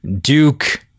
Duke